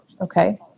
okay